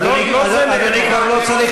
אדוני כבר לא צריך,